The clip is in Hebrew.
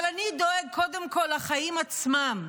אבל אני דואג קודם כול לחיים עצמם.